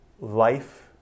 life